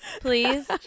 please